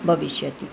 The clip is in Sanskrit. भविष्यति